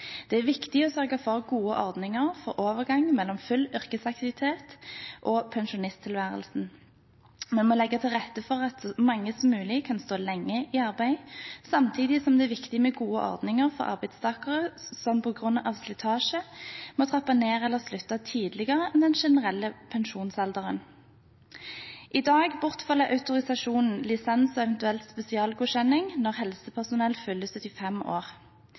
Det er viktig å sørge for gode ordninger for overgangen mellom full yrkesaktivitet og pensjonisttilværelsen. Vi må legge til rette for at så mange som mulig kan stå lenge i arbeid, samtidig som det er viktig med gode ordninger for arbeidstakere som på grunn av slitasje må trappe ned eller slutte tidligere enn den generelle pensjonsalderen. I dag bortfaller autorisasjon, lisens og eventuell spesialistgodkjenning når helsepersonell fyller 75 år.